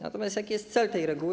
Natomiast jaki jest cel tej reguły?